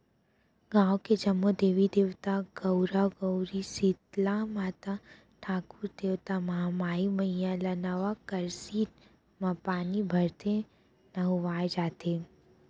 गाँव के जम्मो देवी देवता, गउरा गउरी, सीतला माता, ठाकुर देवता, महामाई मईया ल नवा करसी म पानी भरके नहुवाए जाथे